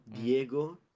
Diego